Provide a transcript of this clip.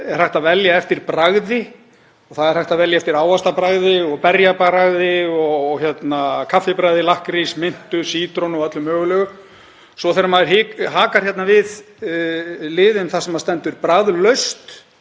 er hægt að velja eftir bragði. Það er hægt að velja eftir ávaxtabragði og berjabragði og kaffibragði, lakkrís, mintu, sítrónu og öllu mögulegu. Svo þegar maður hakar við liðinn þar sem stendur bragðlaust